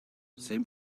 same